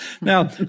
Now